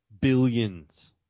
billions